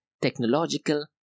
technological